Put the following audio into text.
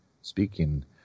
speaking